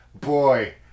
boy